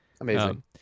Amazing